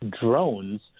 drones